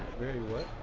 very what?